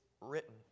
written